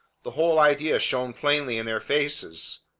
the whole idea shone plainly in their faces,